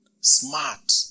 smart